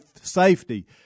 safety